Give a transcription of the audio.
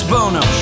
Bono